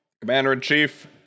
Commander-in-chief